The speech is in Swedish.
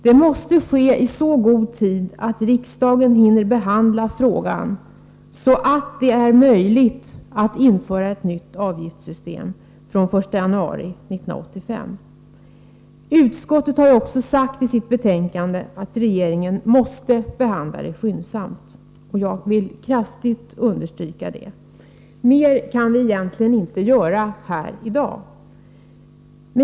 Det måste ske i god tid. Riksdagen måste nämligen hinna behandla frågan, så att det är möjligt att införa ett nytt avgiftssystem fr.o.m. den 1 januari 1985. Även utskottet har i sitt betänkande sagt att regeringen måste behandla ärendet skyndsamt. Jag vill kraftigt understryka detta. Mer kan vi egentligen inte göra i dag.